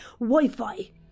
Wi-Fi